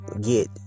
get